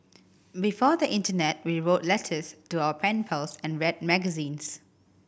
before the internet we wrote letters to our pen pals and read magazines